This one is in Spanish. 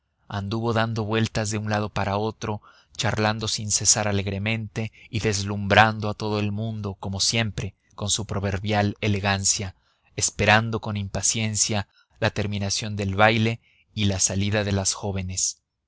anduvo dando vueltas de un lado para otro charlando sin cesar alegremente y deslumbrando a todo el mundo como siempre con su proverbial elegancia esperando con impaciencia la terminación del baile y la salida de las jóvenes